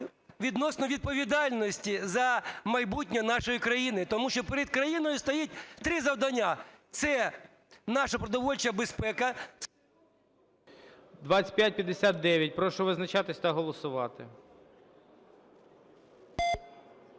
відносно відповідальності за майбутнє нашої країни, тому що перед країною стоїть три завдання – це наша продовольча безпека... ГОЛОВУЮЧИЙ. 2559. Прошу визначатись та голосувати.